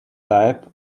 type